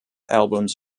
albums